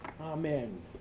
Amen